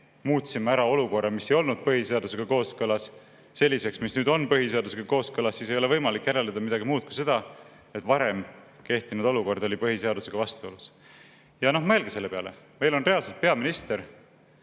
muutsime olukorra, mis ei olnud põhiseadusega kooskõlas, selliseks, et nüüd see on põhiseadusega kooskõlas, siis ei ole võimalik järeldada midagi muud kui seda, et varem kehtinud olukord oli põhiseadusega vastuolus. Mõelge selle peale, et meil on reaalselt peaminister